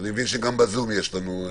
אני מבין שגם בזום יש לנו...